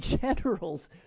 general's